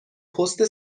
پست